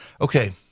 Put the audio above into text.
Okay